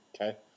okay